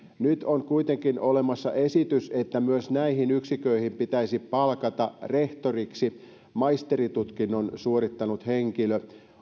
nyt on kuitenkin olemassa esitys että myös näihin yksiköihin pitäisi palkata rehtoriksi maisteritutkinnon suorittanut henkilö